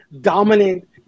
dominant